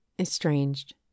Estranged